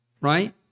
right